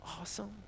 awesome